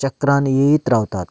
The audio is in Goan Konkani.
चक्रांत येयत रावता